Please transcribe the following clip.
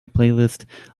playlist